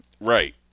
Right